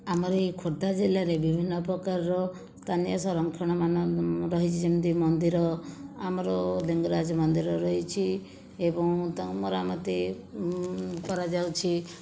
ଆମର ଏହି ଖୋର୍ଦ୍ଧା ଜିଲ୍ଲାରେ ବିଭିନ୍ନ ପ୍ରକାର ସ୍ଥାନୀୟ ସଂରକ୍ଷଣମାନ ରହିଛି ଯେମିତି ମନ୍ଦିର ଆମର ଲିଙ୍ଗରାଜ ମନ୍ଦିର ରହିଛି ଏବଂ ତା ମରାମତି କରାଯାଉଛି